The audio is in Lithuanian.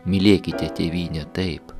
mylėkite tėvynę taip